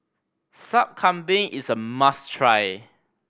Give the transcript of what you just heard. Sup Kambing is a must try